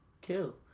kill